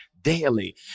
daily